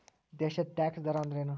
ದೇಶದ್ ಟ್ಯಾಕ್ಸ್ ದರ ಅಂದ್ರೇನು?